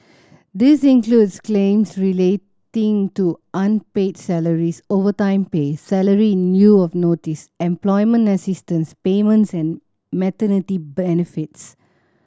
this includes claims relating to unpaid salaries overtime pay salary in lieu of notice employment assistance payments and maternity benefits